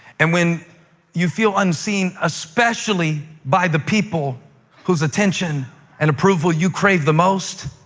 and when you feel unseen, especially by the people whose attention and approval you crave the most,